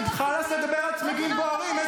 זו